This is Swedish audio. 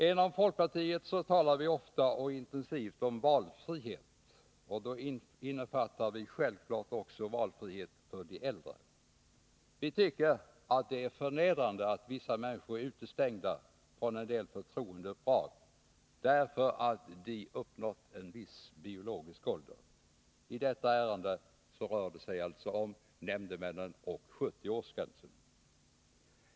Inom folkpartiet talar vi ofta och intensivt om valfrihet. Då innefattar vi självfallet också valfrihet för de äldre. Vi tycker att det är förnedrande att vissa människor är utestängda från en del förtroendeuppdrag därför att de uppnått en viss biologisk ålder. I detta ärende rör det sig om nämndemännen och 70-årsgränsen.